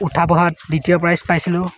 উঠা বহাত দ্বিতীয় প্ৰাইজ পাইছিলোঁ